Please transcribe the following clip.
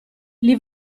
gli